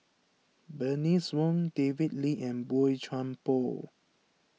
Bernice Wong David Lee and Boey Chuan Poh